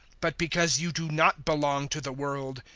but because you do not belong to the world,